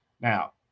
Now